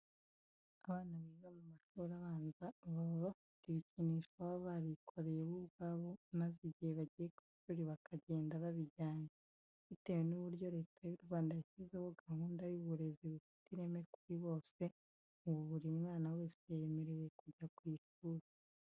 Abana biga mu mashuri abanza baba bafite ibikinisho baba barikoreye bo ubwabo maze igihe bagiye ku ishuri bakagenda babijyanye. Bitewe n'uburyo Leta y'u Rwanda yashyizeho gahunda y'uburezi bufite ireme kuri bose, ubu buri mwana wese yemerewe kujya ku ishuri.